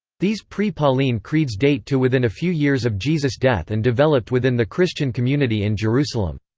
these pre-pauline creeds date to within a few years of jesus' death and developed within the christian community in jerusalem.